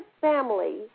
family